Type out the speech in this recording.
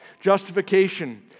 justification